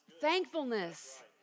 thankfulness